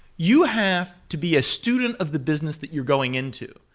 you have to be a student of the business that you're going into.